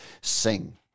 sing